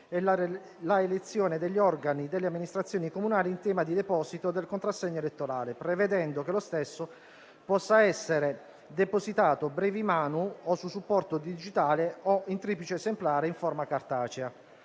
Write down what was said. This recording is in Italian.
e la elezione degli organi delle amministrazioni comunali in tema di deposito del contrassegno elettorale, prevedendo che lo stesso possa essere depositato *brevi manu* o su supporto digitale o in triplice esemplare in forma cartacea.